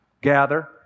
gather